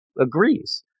agrees